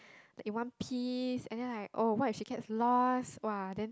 like in one piece and then like oh what if she gets lost !wah! then